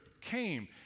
came